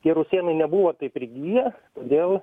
tie rusėnai nebuvo taip prigiję todėl